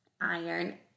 iron